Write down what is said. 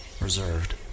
reserved